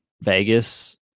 Vegas